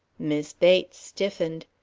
mis' bates stiffened.